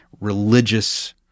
religious